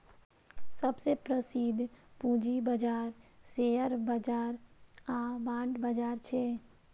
सबसं प्रसिद्ध पूंजी बाजार शेयर बाजार आ बांड बाजार छियै